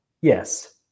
yes